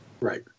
Right